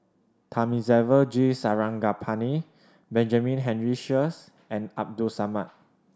Thamizhavel G Sarangapani Benjamin Henry Sheares and Abdul Samad